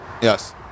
Yes